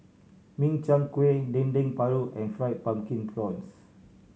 Min Chiang Kueh Dendeng Paru and Fried Pumpkin Prawns